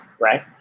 right